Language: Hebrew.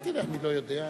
אני לא יודע,